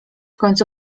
końcu